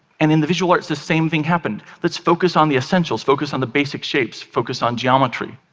and in the visual arts, the same thing happened. let's focus on the essentials, focus on the basic shapes, focus on geometry.